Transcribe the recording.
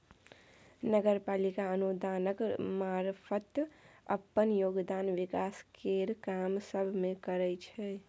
नगर पालिका अनुदानक मारफत अप्पन योगदान विकास केर काम सब मे करइ छै